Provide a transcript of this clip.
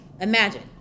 imagine